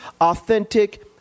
authentic